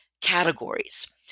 categories